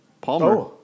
Palmer